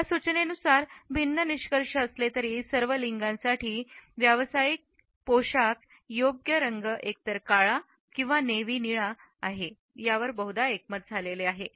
या सूचनेनुसार भिन्न निष्कर्ष असले तरी सर्व लिंगांसाठी व्यावसायिक अट्रेससाठी योग्य रंग एकतर काळा किंवा नेव्ही निळा आहे यावर बहुधा एकमत आहेत